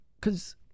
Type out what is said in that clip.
cause